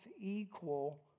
equal